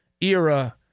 era